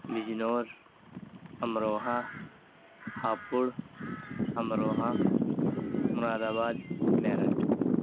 Bijnor Amroha Hapur Amroha Moradabad Meerut